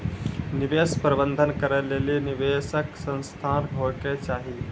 निवेश प्रबंधन करै लेली निवेशक संस्थान होय के चाहि